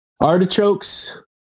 artichokes